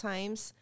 Times